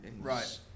Right